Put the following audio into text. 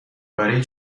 برای